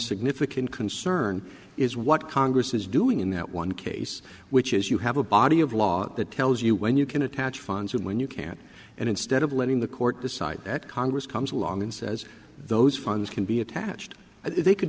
significant concern is what congress is doing in that one case which is you have a body of law that tells you when you can attach funds when you can't and instead of letting the court decide that congress comes along and says those funds can be attached they could